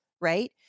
right